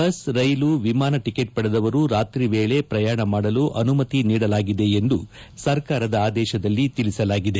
bus ರೈಲು ವಿಮಾನ ticket ಪಡೆದವರು ರಾತ್ರಿ ವೇಳೆ ಪ್ರಯಾಣ ಮಾಡಲು ಆನುಮತಿ ನೀಡಲಾಗಿದೆ ಎಂದು ಸರ್ಕಾರದ ಆದೇಶದಲ್ಲಿ ತಿಳಿಸಲಾಗಿದೆ